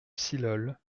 silhol